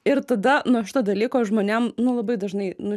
ir tada nuo šito dalyko žmonėm nu labai dažnai nu